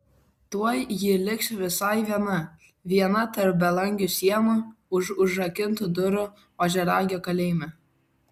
tuoj ji liks visai viena viena tarp belangių sienų už užrakintų durų ožiaragio kalėjime